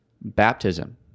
baptism